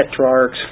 tetrarchs